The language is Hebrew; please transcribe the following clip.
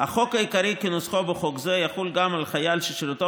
"החוק העיקרי כנוסחו בחוק זה יחול גם על חייל ששירותו